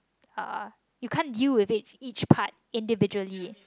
uh you can't deal with it each part individually